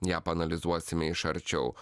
ją paanalizuosime iš arčiau